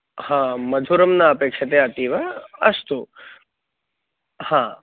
हा मधुरं नापेक्षते अतीव अस्तु हा